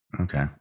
Okay